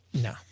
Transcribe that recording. No